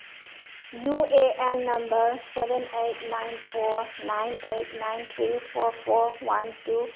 U A N number seven eight nine four nine eight nine three four four one two